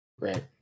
right